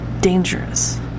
dangerous